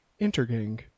Intergang